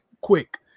quick